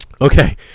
Okay